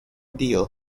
deal